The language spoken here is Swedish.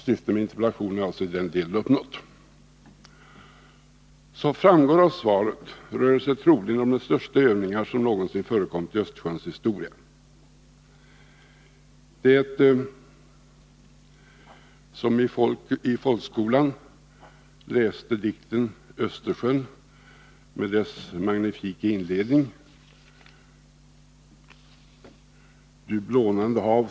Syftet med interpellationen är alltså i den delen uppnått. Som framgår av svaret rör det sig troligen om de största övningar som någonsin förekommit i Östersjöns historia. Den som i folkskolan läste dikten Östersjön med dess magnifika inledning ”Du blånande hav.